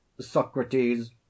Socrates